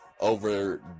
over